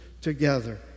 together